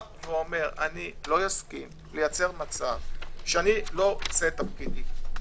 אני לא אסכים לייצר מצב שלא עושה את תפקידי.